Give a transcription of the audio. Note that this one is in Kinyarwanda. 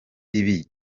ibi